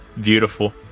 Beautiful